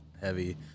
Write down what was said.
heavy